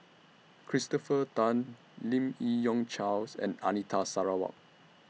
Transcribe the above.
Christopher Tan Lim Yi Yong Charles and Anita Sarawak